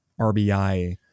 RBI